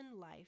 life